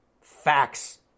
facts